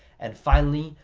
and finally,